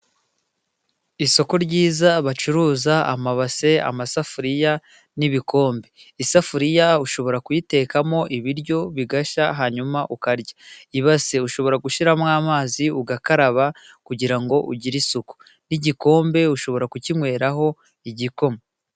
Isoko ryiza bacuruza amabase， amasafuriya n'ibikombe. Isafuriya ushobora kuyitekamo ibiryo bigashya，hanyuma ukarya. Ibase ushobora gushyiramo amazi， ugakaraba kugira ngo ugire isuku，n'igikombe ushobora kukinyweramo igikoma.